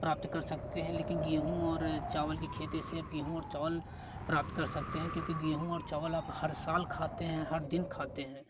प्राप्त कर सकते हैं लेकिन गेहूँ और चावल की खेती से गेहूँ और चावल प्राप्त कर सकते हैं क्योंकि गेहूँ और चावल आप हर साल खाते हैं हर दिन खाते हैं